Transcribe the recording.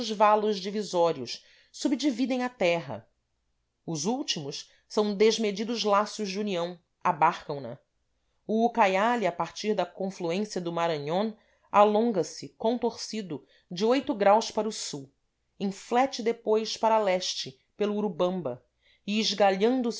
valos divisórios subdividem a terra os últimos são desmedidos laços de união abarcam na o ucaiali a partir da confluência do maraon alonga se contorcido de oito graus para o sul inflete depois para leste pelo urubamba e esgalhando se no